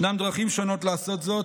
ישנן דרכים שונות לעשות זאת,